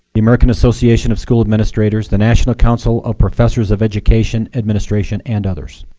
the american association of school administrators, the national council of professors of education administration, and others.